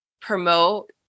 promote